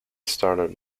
started